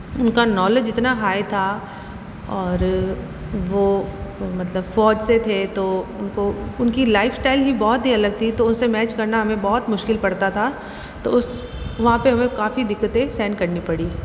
उनका नॉलेज इतना हाई था और वो मतलब फौज से थे तो उनको उनकी लाइफ स्टाइल ही बहुत ही अलग थी तो उनसे मैच करना हमें बहुत मुश्किल पड़ता था तो उस वहाँ पर हमें काफ़ी दिक्कतें सहन करनी पड़ी